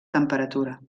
temperatura